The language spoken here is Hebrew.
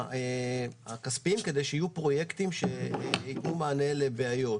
הכספיים כדי שיהיו פרויקטים שייתנו מענה לבעיות.